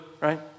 Right